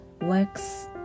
works